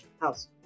house